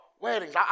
weddings